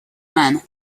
men